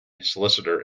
solicitor